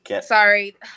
Sorry